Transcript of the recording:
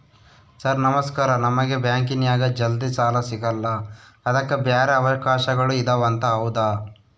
Sir ನಮಸ್ಕಾರ ನಮಗೆ ಬ್ಯಾಂಕಿನ್ಯಾಗ ಜಲ್ದಿ ಸಾಲ ಸಿಗಲ್ಲ ಅದಕ್ಕ ಬ್ಯಾರೆ ಅವಕಾಶಗಳು ಇದವಂತ ಹೌದಾ?